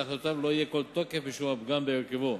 להחלטותיו לא יהיו כל תוקף משום הפגם בהרכבו,